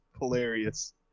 hilarious